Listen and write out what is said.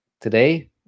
Today